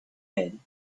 men